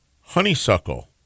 honeysuckle